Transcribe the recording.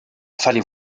fallait